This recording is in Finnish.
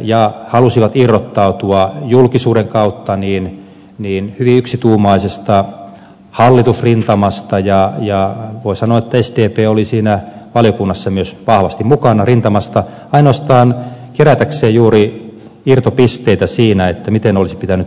ja halusivat irrottautua julkisuuden kautta hyvin yksituumaisesta hallitusrintamasta voi sanoa että sdp oli valiokunnassa myös vahvasti mukana ainoastaan kerätäkseen irtopisteitä siinä miten olisi pitänyt tehdä